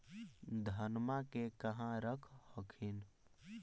धनमा के कहा रख हखिन?